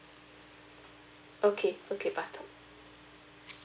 okay bukit batok